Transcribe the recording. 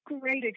great